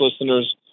listeners